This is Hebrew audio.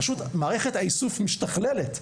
פשוט מערכת האיסוף משתכללת,